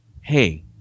hey